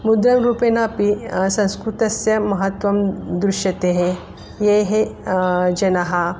मुद्ररूपेण अपि संस्कृतस्य महत्त्वं दृश्यते ये जनाः